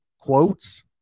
quotes